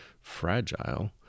fragile